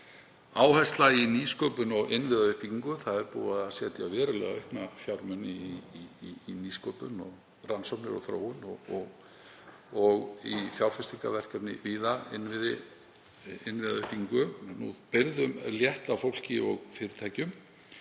Áhersla í nýsköpun og innviðauppbyggingu. Það er búið að setja verulega aukna fjármuni í nýsköpun og rannsóknir og þróun og í fjárfestingarverkefni, innviði og innviðauppbyggingu. 3. Byrðum létt af fólki og fyrirtækjum.